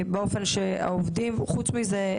חוץ מזה,